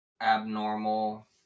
abnormal